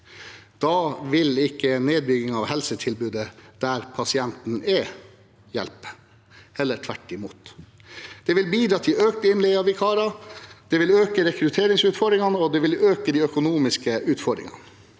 Da vil ikke en nedbygging av helsetilbudet der pasienten er, hjelpe – heller tvert imot. Det vil bidra til økt innleie av vikarer, det vil øke rekrutteringsutfordringene, og det vil øke de økonomiske utfordringene.